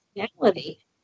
personality